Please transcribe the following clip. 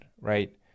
right